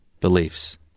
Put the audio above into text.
beliefs